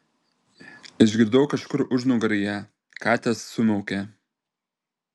išgirdau kažkur užnugaryje katės sumiaukė